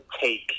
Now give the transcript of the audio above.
take